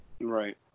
Right